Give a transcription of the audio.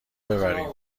ببریم